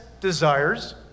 desires